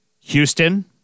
Houston